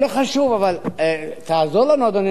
לא חשוב, אבל תעזור לנו, אדוני